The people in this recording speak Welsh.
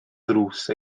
ddrws